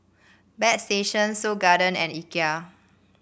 Bagstationz Seoul Garden and Ikea